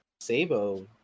Sabo